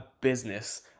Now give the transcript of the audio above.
business